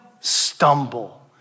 stumble